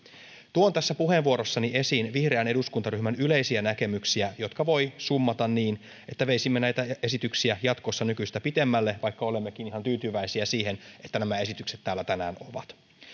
tuon tässä puheenvuorossani esiin vihreän eduskuntaryhmän yleisiä näkemyksiä jotka voi summata niin että veisimme näitä esityksiä jatkossa nykyistä pidemmälle vaikka olemmekin ihan tyytyväisiä siihen että nämä esitykset täällä tänään ovat